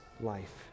life